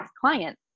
client